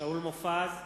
שאול מופז,